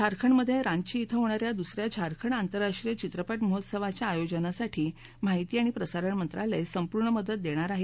झारखंडमधे रांची क्वे होणाऱ्या दुसऱ्या झारखंड आंतरराष्ट्रीय चित्रपट महोत्सवाच्या आयोजनासाठी माहिती आणि प्रसारण मंत्रालय संपूर्ण मदत देणार आहे